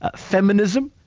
ah feminism,